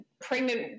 pregnant